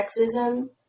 sexism